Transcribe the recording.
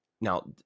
now